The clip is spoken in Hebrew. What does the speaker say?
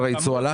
הייצוא עלה?